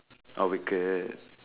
oh wicked